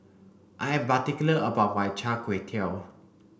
I am particular about my Char Kway Teow